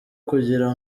kugira